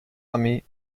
armee